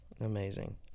Amazing